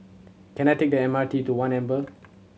can I take the M R T to One Amber